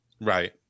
Right